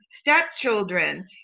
stepchildren